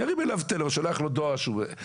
שירים אליו טלפון או ישלח לו דואר רשום.